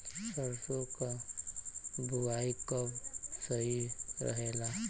सरसों क बुवाई कब सही रहेला?